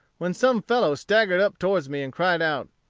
when some fellow staggered up towards me, and cried out,